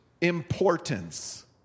importance